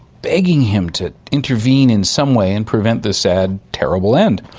begging him to intervene in some way and prevent this sad, terrible end.